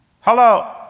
Hello